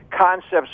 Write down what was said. concepts